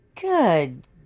Good